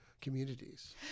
communities